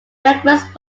breakfast